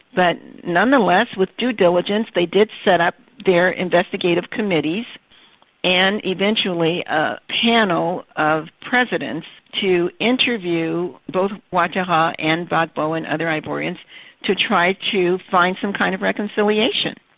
but nonetheless, with due diligence, they did set up their investigative committees and eventually a panel of presidents to interview both ouattara ah ah and gbagbo and other ivorians to try to find some kind of reconciliation.